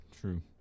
True